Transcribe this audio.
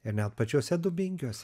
ir net pačiuose dubingiuose